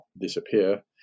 disappear